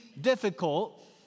difficult